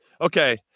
Okay